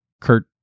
Kurt